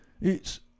It's